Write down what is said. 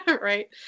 Right